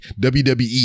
WWE